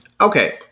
Okay